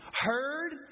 heard